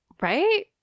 Right